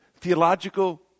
theological